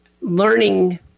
learning